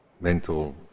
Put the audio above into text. mental